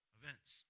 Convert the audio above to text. events